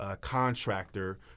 contractor